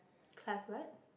class what